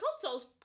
console's